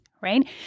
right